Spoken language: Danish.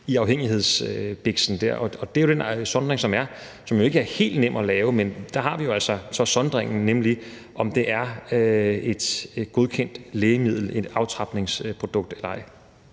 i afhængighedsbiksen der. Det er jo den sondring, som der er, og som ikke er helt nem at lave. Men der har vi altså så sondringen, nemlig om det er et godkendt lægemiddel, et aftrapningsprodukt, eller ej.